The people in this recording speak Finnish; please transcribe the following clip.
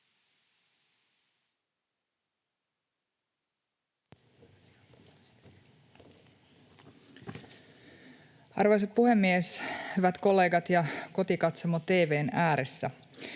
Arvoisa puhemies! Hyvät kollegat ja kotikatsomo tv:n ääressä!